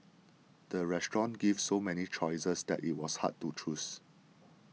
the restaurant gave so many choices that it was hard to choose